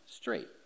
straight